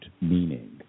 meaning